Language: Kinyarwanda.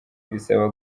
bisaba